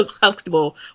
comfortable